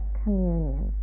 communion